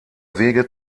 wege